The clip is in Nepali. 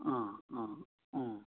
अँ अँ अँ